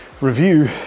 review